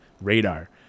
radar